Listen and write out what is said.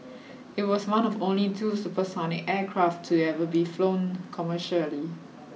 it was one of only two supersonic aircraft to ever be flown commercially